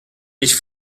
ich